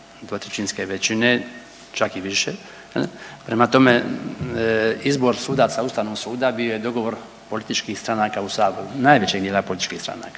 nema 2/3 većine čak i više, prema tome izbor sudaca Ustavnog suda bio je političkih stranaka u saboru, najvećeg dijela političkih stranaka